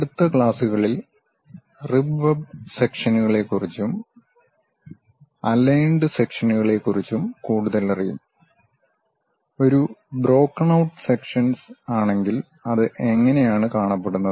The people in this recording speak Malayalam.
അടുത്ത ക്ലാസുകളിൽ റിബ് വെബ് സെക്ഷൻസിനേകുറിച്ചും അലൈന്ഡ് സെക്ഷൻസിനേകുറിച്ചും കൂടുതലറിയും ഒരു ബ്രോക്കൻ ഔട്ട് സെക്ഷൻസ് ആണെങ്കിൽ അത് എങ്ങനെയാണ് കാണപ്പെടുന്നത്